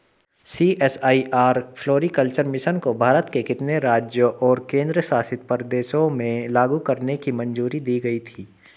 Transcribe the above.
CSIR floriculture mission को भारत के कितने राज्यों और केंद्र शासित प्रदेशों में लागू करने की मंजूरी दी गई थी?